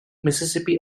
mississippi